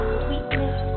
sweetness